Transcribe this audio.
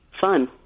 fun